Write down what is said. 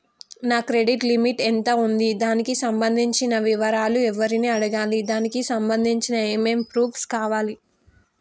నా credit limit ఎంత ఉంది? దానికి సంబంధించిన వివరాలు ఎవరిని అడగాలి? దానికి సంబంధించిన ఏమేం ప్రూఫ్స్ కావాలి?